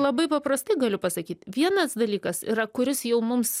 labai paprastai galiu pasakyt vienas dalykas yra kuris jau mums